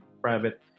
private